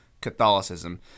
Catholicism